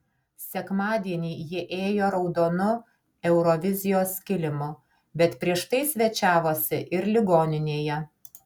sekmadienį jie ėjo raudonu eurovizijos kilimu bet prieš tai svečiavosi ir ligoninėje